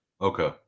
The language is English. Okay